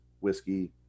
whiskey